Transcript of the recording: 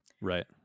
right